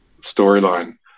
storyline